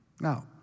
Now